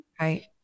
Right